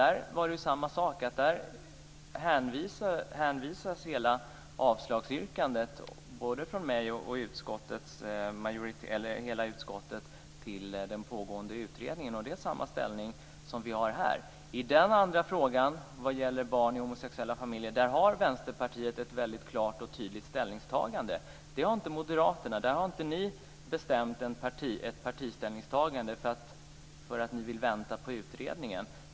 Där var det samma sak. Där hänvisade avslagsyrkandet både från mig och från hela utskottet till den pågående utredningen. Det är samma inställning som vi har här. I den andra frågan, om barn i homosexuella familjer, har Vänsterpartiet ett väldigt klart och tydligt ställningstagande. Det har inte moderaterna. Där har inte ni tagit ställning som parti därför att ni vill vänta på utredningen.